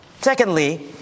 Secondly